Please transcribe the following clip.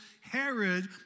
Herod